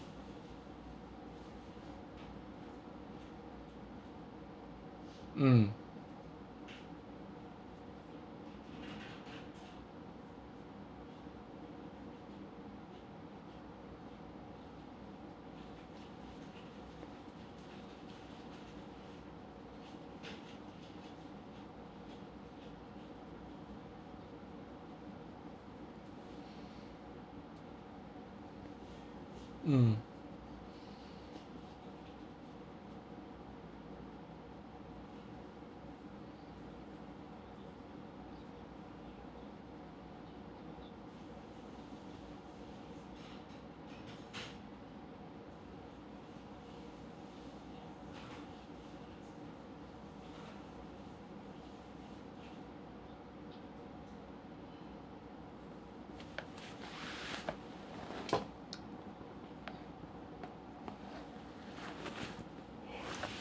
mm mm